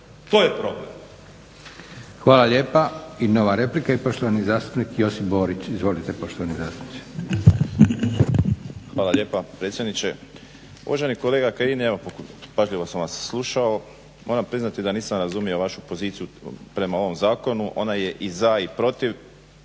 to je problem.